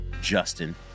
Justin